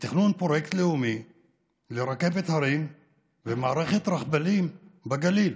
לתכנון פרויקט לאומי לרכבת הרים ומערכת רכבלים בגליל,